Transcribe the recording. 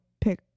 pick